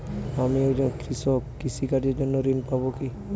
আমি একজন কৃষক কৃষি কার্যের জন্য ঋণ পাব কি?